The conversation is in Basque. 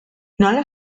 nola